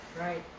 Right